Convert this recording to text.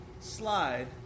slide